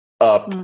up